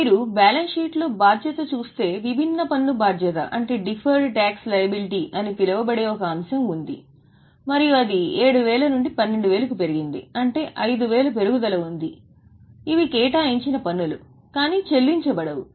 మీరు balance sheet లో బాధ్యత చూస్తే విభిన్న పన్ను బాధ్యత అని పిలువబడే ఒక అంశం ఉంది మరియు అది 7000 నుండి 12000 కి పెరిగింది అంటే 5000 పెరుగుదల ఉంది ఇవి కేటాయించి న పన్నులు కాని చెల్లించబడవు